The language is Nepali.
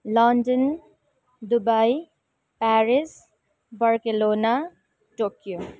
London Dubai Paris Barcelona Tokyo